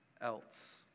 else